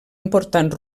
important